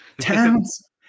Towns